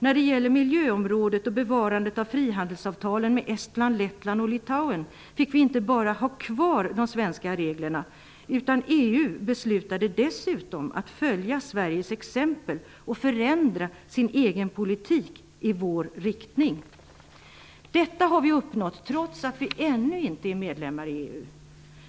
När det gäller miljöområdet och bevarandet av frihandelsavtalen med Estland, Lettland och Litauen fick vi inte bara ha kvar de svenska reglerna, utan EU beslutade dessutom att följa Sveriges exempel och att förändra sin egen politik i vår riktning. Detta har vi uppnått, trots att vi ännu inte är medlemmar i EU.